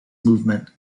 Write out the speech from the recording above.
movement